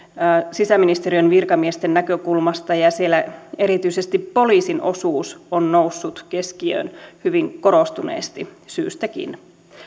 sisäministeriön virkamiesten näkökulmasta ja ja siellä erityisesti poliisin osuus on noussut keskiöön hyvin korostuneesti syystäkin